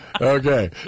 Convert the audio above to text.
Okay